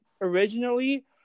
originally